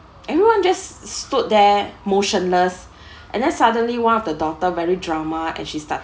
everyone just stood there motionless and then suddenly one of the daughter very drama and she started